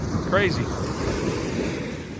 crazy